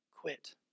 quit